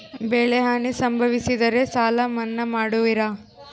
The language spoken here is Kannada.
ಬೆಳೆಹಾನಿ ಸಂಭವಿಸಿದರೆ ಸಾಲ ಮನ್ನಾ ಮಾಡುವಿರ?